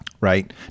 right